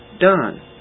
done